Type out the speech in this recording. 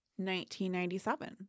1997